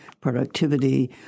Productivity